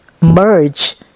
merge